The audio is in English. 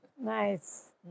Nice